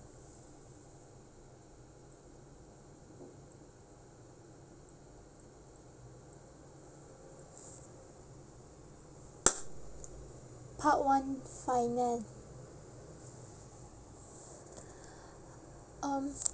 part one finance um